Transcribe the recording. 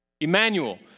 Emmanuel